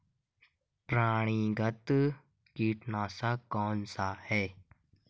प्रणालीगत कीटनाशक कौन सा है?